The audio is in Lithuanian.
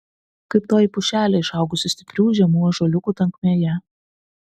kaip toji pušelė išaugusi stiprių žemų ąžuoliukų tankmėje